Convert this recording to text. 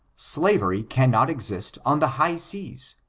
slavery cannot exist on the high seas,